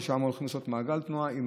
ששם הולכים לעשות מעגל תנועה עם